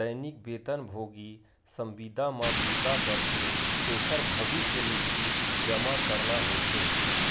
दैनिक बेतन भोगी, संविदा म बूता करथे तेखर भविस्य निधि जमा करना होथे